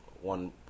one